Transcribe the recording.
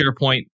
SharePoint